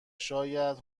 شاید